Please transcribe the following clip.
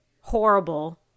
horrible